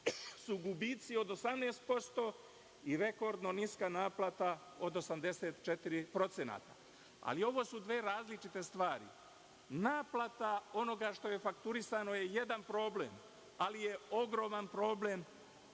su gubici od 18% i rekordno niska naplata od 84%. Ali, ovo su dve različite stvari. Naplata onoga što je fakturisano je jedan problem, ali je ogroman problem